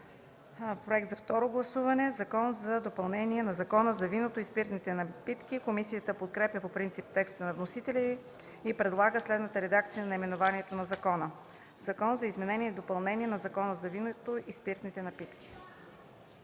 Проект за второ гласуване. Закон за допълнение на Закона за виното и спиртните напитки”. Комисията подкрепя по принцип текста на вносителя и предлага следната редакция за наименованието на закона: „Закон за изменение и допълнение на Закона за виното и спиртните напитки”.